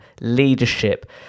leadership